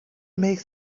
make